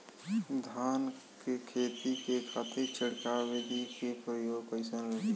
धान के खेती के खातीर छिड़काव विधी के प्रयोग कइसन रही?